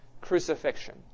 crucifixion